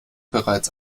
bereits